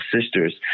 sisters